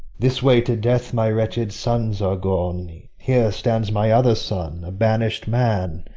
this way to death my wretched sons are gone here stands my other son, a banish'd man,